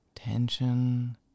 tension